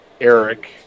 Eric